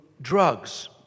Drugs